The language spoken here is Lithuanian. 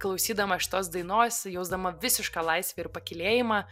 klausydama šitos dainos jausdama visišką laisvę ir pakylėjimą